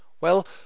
Well